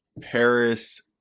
Paris